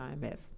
IMF